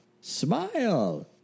smile